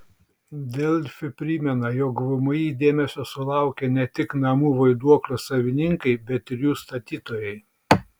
delfi primena jog vmi dėmesio sulaukė ne tik namų vaiduoklių savininkai bet ir jų statytojai